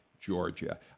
Georgia